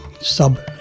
sub